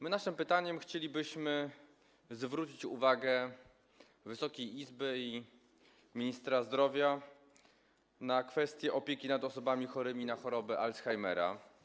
My naszym pytaniem chcielibyśmy zwrócić uwagę Wysokiej Izby i ministra zdrowia na kwestię opieki nad osobami chorymi na chorobę Alzheimera.